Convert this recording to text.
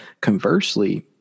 conversely